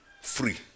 Free